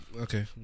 Okay